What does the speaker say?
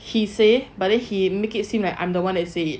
he say but then he make it seem like I'm the one that said it